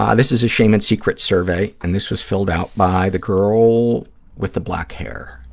um this is a shame and secrets survey, and this was filled out by the girl with the black hair,